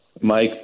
Mike